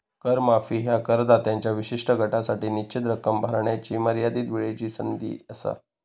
कर माफी ह्या करदात्यांच्या विशिष्ट गटासाठी निश्चित रक्कम भरण्याची मर्यादित वेळची संधी असा